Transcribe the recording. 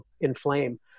inflame